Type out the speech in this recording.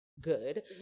good